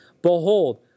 Behold